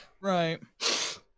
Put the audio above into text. right